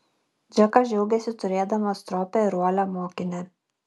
džekas džiaugėsi turėdamas stropią ir uolią mokinę